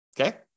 Okay